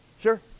Sure